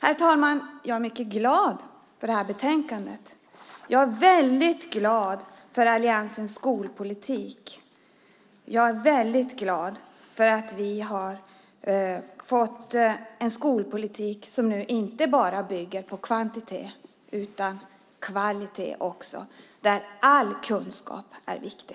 Herr talman! Jag är mycket glad för det här betänkandet. Jag är väldigt glad över alliansens skolpolitik, och jag är väldigt glad för att vi har fått en skolpolitik som inte bara bygger på kvantitet utan också på kvalitet där all kunskap är viktig.